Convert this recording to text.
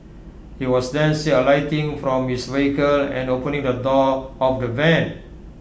he was then see alighting from his vehicle and opening the door of the van